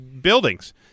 buildings